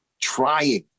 trying